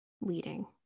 leading